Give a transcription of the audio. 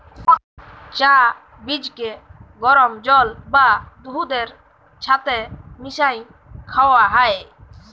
চাঁ বীজকে গরম জল বা দুহুদের ছাথে মিশাঁয় খাউয়া হ্যয়